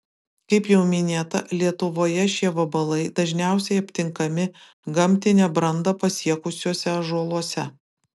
kaip jau minėta lietuvoje šie vabalai dažniausiai aptinkami gamtinę brandą pasiekusiuose ąžuoluose